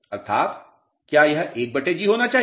अर्थात क्या यह 1G होना चाहिए